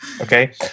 Okay